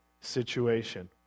situation